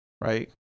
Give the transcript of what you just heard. Right